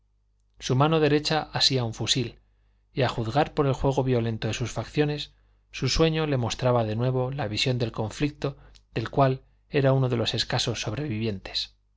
su mano derecha asía un fusil y a juzgar por el juego violento de sus facciones su sueño le mostraba de nuevo la visión del conflicto del cual era uno de los escasos sobrevivientes